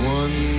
one